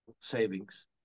savings